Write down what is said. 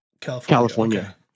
California